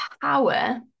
power